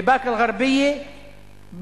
בבאקה-אל-ע'רביה,